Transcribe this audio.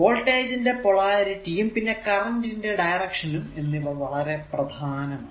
voltage ന്റെ polarity യും പിന്നെ കറന്റ് ഡയറക്ഷൻ എന്നിവ വളരെ പ്രധാനമാണ്